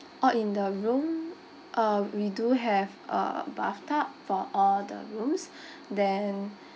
uh in the room uh we do have uh bathtub for all the rooms then